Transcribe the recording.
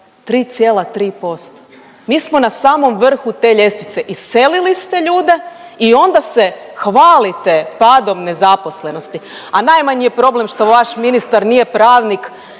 3,3%. Mi smo na samom vrhu te ljestvice. Iselili ste ljude i onda se hvalite padom nezaposlenosti, a najmanji je problem što vaš ministar nije pravnik,